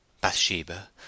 Bathsheba